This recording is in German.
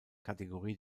kategorie